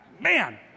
Man